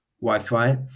wi-fi